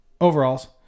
overalls